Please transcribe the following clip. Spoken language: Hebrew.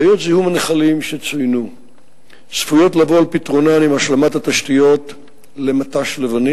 מה שאותנו צריך להטריד זה מה שלא מטופל